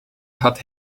had